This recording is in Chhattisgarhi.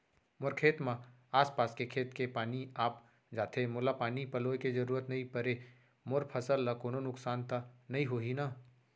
मोर खेत म आसपास के खेत के पानी आप जाथे, मोला पानी पलोय के जरूरत नई परे, मोर फसल ल कोनो नुकसान त नई होही न?